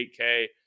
$8K